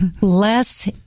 Less